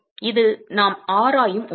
எனவே இது நாம் ஆராயும் ஒன்று